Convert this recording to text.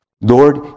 Lord